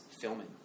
filming